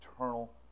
eternal